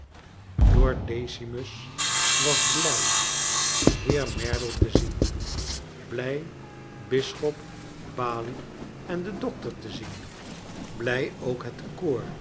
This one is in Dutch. lord decimus was blij den heer merdle te zien blij bisschop balie en den dokter te zien blij ook het